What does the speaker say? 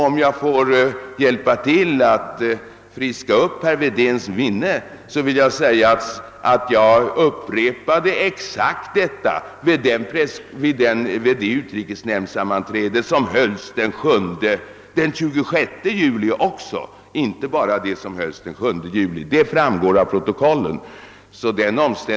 Om jag får hjälpa till att friska upp herr Wedéns minne vill jag säga att jag upprepade exakt detsamma även vid det utrikesnämndssammanträde som hölls den 26 juli och inte bara vid sammanträdet den 7 juli — det framgår av protokollen.